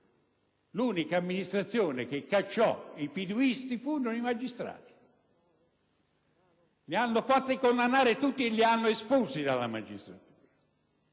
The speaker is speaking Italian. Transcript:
l'unica amministrazione che cacciò i piduisti fu la magistratura. Li hanno fatti condannare tutti e li hanno espulsi dalla magistratura.